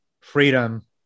freedom